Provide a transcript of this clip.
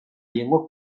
llengua